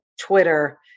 Twitter